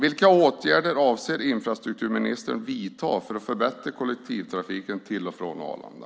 Vilka åtgärder avser infrastrukturministern att vidta för att förbättra kollektivtrafiken till och från Arlanda?